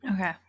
Okay